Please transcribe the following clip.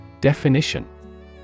Definition